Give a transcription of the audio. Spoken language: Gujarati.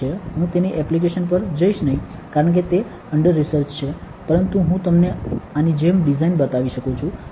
હું તેની એપ્લિકેશન પર જઈશ નહીં કારણ કે તે અંડર રિસર્ચ છે પરંતુ હું તમને આની જેમ ડિઝાઇન બતાવી શકું છું